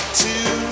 two